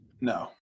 No